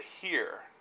hear